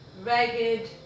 ragged